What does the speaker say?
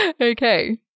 okay